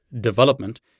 development